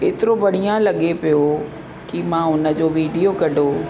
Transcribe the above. एतिरो बढ़िया लॻे पियो की मां उनजो वीडियो कढो